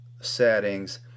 settings